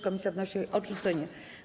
Komisja wnosi o jej odrzucenie.